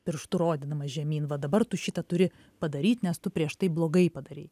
pirštu rodydamas žemyn va dabar tu šitą turi padaryt nes tu prieš tai blogai padarei